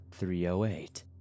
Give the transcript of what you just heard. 308